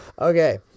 Okay